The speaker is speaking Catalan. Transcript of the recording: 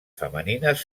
femenines